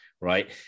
Right